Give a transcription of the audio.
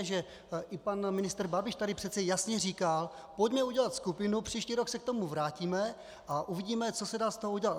Že i pan ministr Babiš tady přece jasně říkal: Pojďme udělat skupinu, příští rok se k tomu vrátíme a uvidíme, co se dá z toho udělat.